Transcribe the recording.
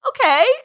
okay